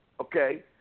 okay